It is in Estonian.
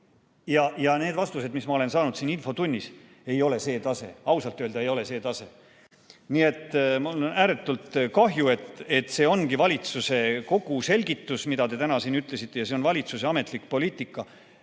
Need vastused, mis ma olen saanud siin infotunnis, ei ole see tase, ausalt öelda ei ole see tase. Nii et mul on ääretult kahju, et see ongi valitsuse kogu selgitus, mida te täna siin ütlesite, ja see on valitsuse ametlik poliitika.